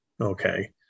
Okay